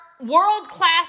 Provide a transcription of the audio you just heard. world-class